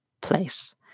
place